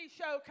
show